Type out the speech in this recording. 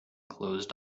closed